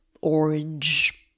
orange